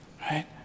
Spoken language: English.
right